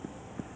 没有